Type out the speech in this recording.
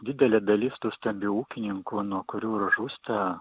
didelė dalis tų stambių ūkininkų nuo kurių žūsta